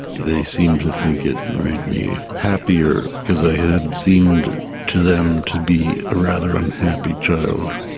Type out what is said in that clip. they seemed to think it made me happier, because i had seemed to them to be a rather unhappy child.